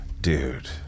dude